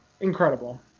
Incredible